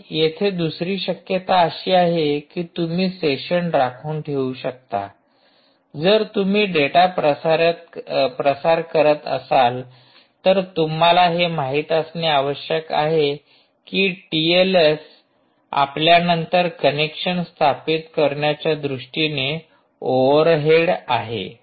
आणि येथे दुसरी शक्यता अशी आहे की तुम्ही सेशन राखून ठेऊ शकता जर तुम्ही डेटा प्रसार करत असाल तरतुम्हाला हे माहीत असणे आवश्यक आहे की टीएलएस आपल्यानंतर कनेक्शन स्थापित करण्याच्या दृष्टीने ओव्हरहेड आहे